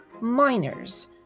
miners